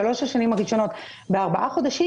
בשלוש השנים הראשונות בארבעה חודשים,